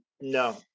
No